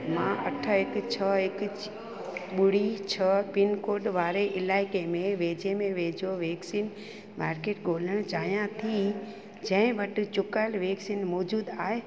मां अठ हिकु छ्ह हिकु ॿुड़ी छ्ह पिनकोड वारे इलाइके में वेझे में वेझो वैक्सीन मार्केट ॻोल्हणु चाहियां थी जंहिं वटि चुकायल वैक्सीन मौजूदु आहे